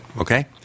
Okay